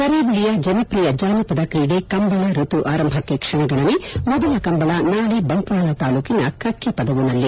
ಕರಾವಳಿಯ ಜನಪ್ರಿಯ ಜಾನಪದ ತ್ರೀಡೆ ಕಂಬಳ ಋತು ಆರಂಭಕ್ಕೆ ಕ್ಷಣಗಣನೆ ಮೊದಲ ಕಂಬಳ ನಾಳೆ ಬಂಟ್ವಾಳ ತಾಲೂಕಿನ ಕಕ್ಕಪದವುನಲ್ಲಿ